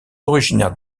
originaires